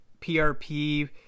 PRP